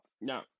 No